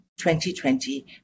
2020